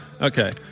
Okay